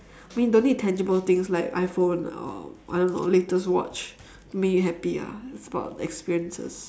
I mean don't need tangible things like iPhone or I don't know latest watch to make you happy ah it's about experiences